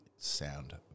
Sound